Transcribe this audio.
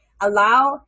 allow